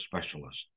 specialist